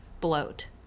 bloat